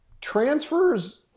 transfers